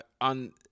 on